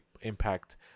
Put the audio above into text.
impact